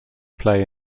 play